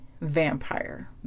vampire